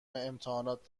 امتحانات